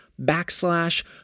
backslash